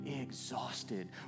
exhausted